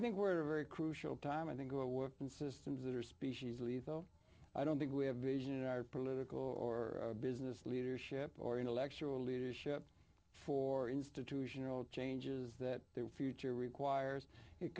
think we're a very crucial time i think our work and systems that are species leave though i don't think we have vision our political or business leadership or intellectual leadership for institutional changes that their future requires it